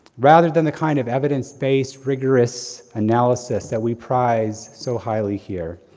rather than the kind of evidence, base rigorous analysis that we prize so highly here.